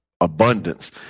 abundance